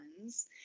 ones